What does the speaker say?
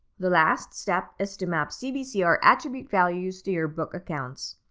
the last step is to map cbcr attribute values to your book accounts.